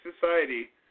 society